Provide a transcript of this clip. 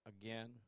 again